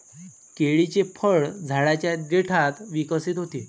केळीचे फळ झाडाच्या देठात विकसित होते